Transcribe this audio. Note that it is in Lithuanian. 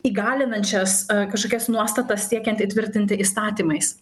įgalinančias kažkokias nuostatas siekiant įtvirtinti įstatymais